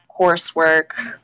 coursework